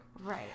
Right